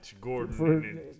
Gordon